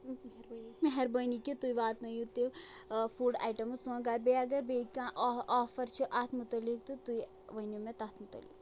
مہربٲنی کہِ تُہۍ واتنٲیِو تہِ فُڈ آیٹَمٕز سون گَرٕ بیٚیہِ اگر بیٚیہِ کانٛہہ آ آفَر چھِ اَتھ مُتعلِق تہٕ تُہۍ ؤنِو مےٚ تَتھ مُتعلق